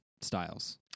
styles